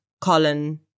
Colin